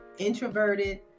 introverted